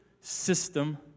system